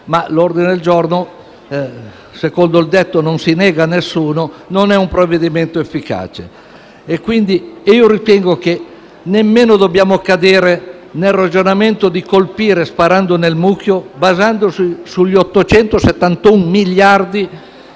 ma l'ordine il giorno, che secondo il detto non si nega a nessuno, non è un provvedimento efficace. Quindi ritengo che non dobbiamo nemmeno cadere nel ragionamento di colpire, sparando nel mucchio, basandoci sugli 871 miliardi